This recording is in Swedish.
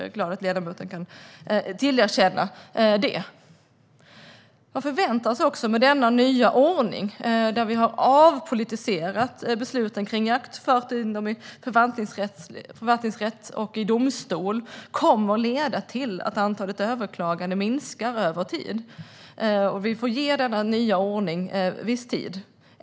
Jag är glad att ledamoten kan erkänna det. Denna nya ordning, där vi har avpolitiserat besluten kring jakt och fört in dem i förvaltningsrätt och i domstol, förväntas leda till att antalet överklaganden minskar över tid. Vi får ge denna nya ordning viss tid.